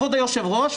כבוד היושב-ראש,